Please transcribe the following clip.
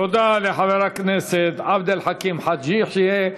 תודה לחבר הכנסת עבד אל חכים חאג' יחיא.